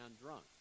drunk